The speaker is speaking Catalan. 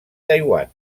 taiwan